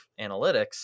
analytics